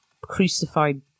crucified